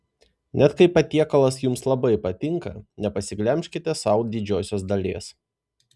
net kai patiekalas jums labai patinka nepasiglemžkite sau didžiosios dalies